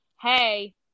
Hey